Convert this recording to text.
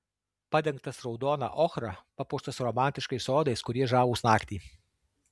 padengtas raudona ochra papuoštas romantiškais sodais kurie žavūs naktį